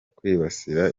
kwibasira